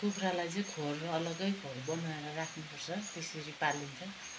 कुखुरालाई चाहिँ खोर अलग्गै खोर बनाएर राख्नुपर्छ त्यसरी पालिन्छ